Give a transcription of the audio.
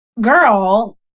girl